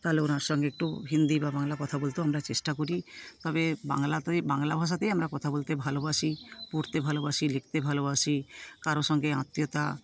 তাহলে ওনার সঙ্গে একটু হিন্দি বা বাংলা কথা বলতেও আমরা চেষ্টা করি তবে বাংলাতে বাংলা ভাষাতেই আমরা কথা বলতে ভালোবাসি পড়তে ভালোবাসি লিখতে ভালোবাসি কারো সঙ্গে আত্মীয়তা